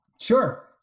Sure